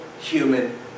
human